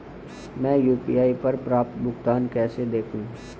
मैं यू.पी.आई पर प्राप्त भुगतान को कैसे देखूं?